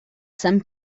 san